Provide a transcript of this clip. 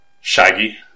Shaggy